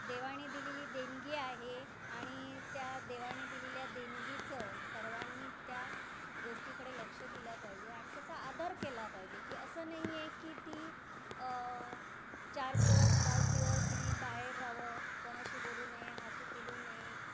देवाने दिलेली देणगी आहे आणि त्या देवानी दिलेल्या देणगीचं सर्वांनी त्या गोष्टीकडे लक्ष दिलं पाहिजे आणि त्याचा आदर केला पाहिजे की असं नाही आहे की ती चार दिवस पाच दिवस तिने बाहेर राहावं कोणाशी बोलू नये हसू खेळू नये